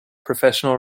professional